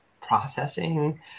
processing